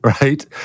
right